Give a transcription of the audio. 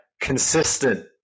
consistent